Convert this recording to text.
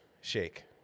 Shake